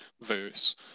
verse